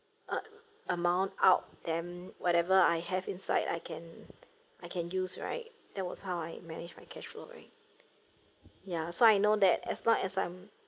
a amount out then whatever I have inside I can I can use right that was how I manage my cash flow right ya so I know that as long as I'm